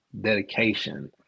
dedication